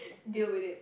deal with it